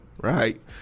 right